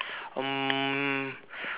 um